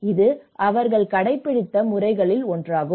இது அவர்கள் கடைப்பிடித்த முறைகளில் ஒன்றாகும்